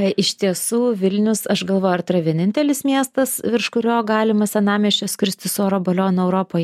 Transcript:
iš tiesų vilnius aš galvoju ar tai yra vienintelis miestas virš kurio galima senamiesčio skristi su oro balionu europoje